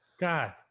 God